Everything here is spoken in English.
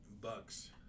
bucks